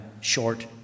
short